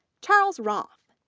charles roth,